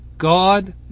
God